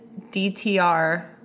DTR